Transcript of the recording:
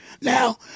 Now